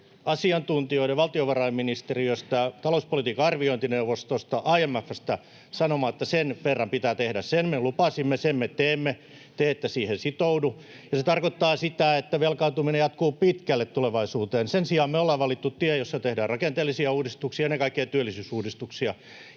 oli ennen vaaleja, valtiovarainministeriöstä, talouspolitiikan arviointineuvostosta ja IMF:stä on se, minkä verran pitää tehdä. Sen me lupasimme, sen me teemme. Te ette siihen sitoudu, ja se tarkoittaa sitä, että velkaantuminen jatkuu pitkälle tulevaisuuteen. Sen sijaan me ollaan valittu tie, jossa tehdään rakenteellisia uudistuksia ja ennen kaikkea työllisyysuudistuksia.